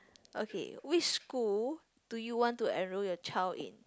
okay which school do you want to enroll your child in